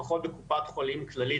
לפחות בקופת חולים כללית,